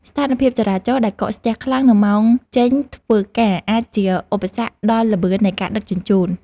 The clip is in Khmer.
ស្ថានភាពចរាចរណ៍ដែលកកស្ទះខ្លាំងនៅម៉ោងចេញធ្វើការអាចជាឧបសគ្គដល់ល្បឿននៃការដឹកជញ្ជូន។